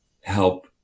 help